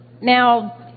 Now